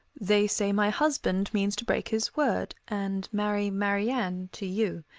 they say my husband means to break his word. and marry mariane to you.